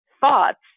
thoughts